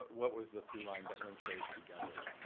what was the through line that linked those together. and